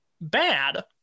bad